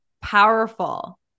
powerful